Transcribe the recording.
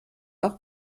auch